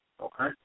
okay